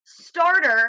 starter